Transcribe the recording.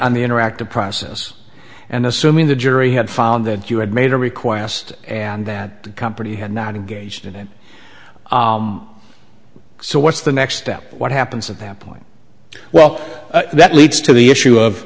on the interactive process and assuming the jury had found that you had made a request and that the company had not engaged in it so what's the next step what happens at that point well that leads to the issue of